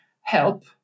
help